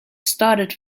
started